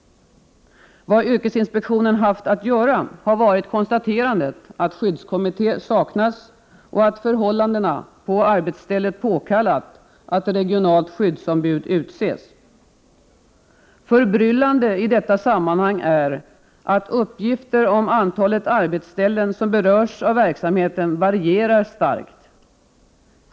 Vad yrkesinspektionen haft att göra har varit att konstatera att skyddskommitté saknas och att förhållandena på arbetsstället påkallat att regionalt skyddsombud utses. Förbryllande i detta sammanhang är att uppgifter om antalet arbetsställen som berörs av verksamheten varierar starkt.